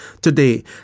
today